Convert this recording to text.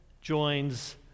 joins